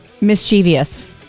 mischievous